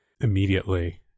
immediately